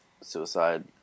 suicide